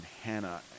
Hannah